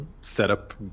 setup